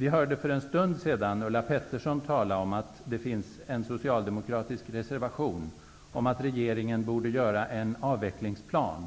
Vi hörde för en stund sedan Ulla Petterson tala om att det finns en socialdemokratisk reservation om att regeringen borde upprätta en avvecklingsplan.